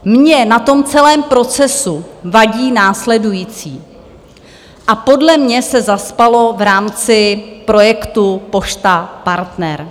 Mně na tom celém procesu vadí následující: Podle mě se zaspalo v rámci projektu Pošta Partner.